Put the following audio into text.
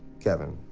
kevin,